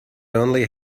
only